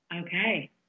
Okay